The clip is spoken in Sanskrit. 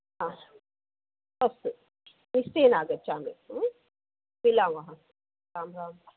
हा अस्तु निश्चयेन आगच्छामि मिलामः राम् राम्